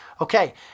Okay